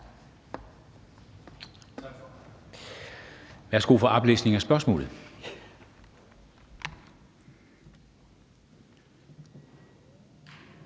Værsgo for oplæsning af spørgsmålet.